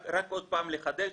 רק עוד פעם לחדד,